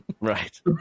Right